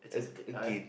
ag~ again